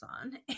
on